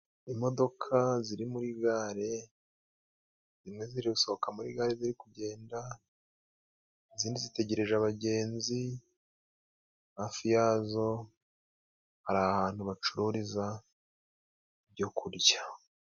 Imodoka ziri muri gare zimwe zirigusohoka muri gare ziri kugenda, izindi zitegereje abagenzi. Hafi yazo hari ahantu bacururiza ibyo kurya.